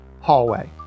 hallway